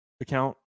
Account